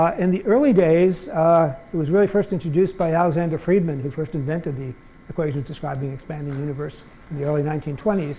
ah in the early days, it was very first introduced by alexander friedmann who first invented the equation describing expanding universe in the early nineteen twenty s.